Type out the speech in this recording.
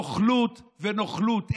נוכלות, ונוכלות.